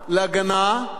להגנת האזרחים,